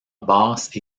basse